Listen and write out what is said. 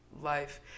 life